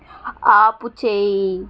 ఆపుచెయ్యి